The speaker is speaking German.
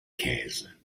käse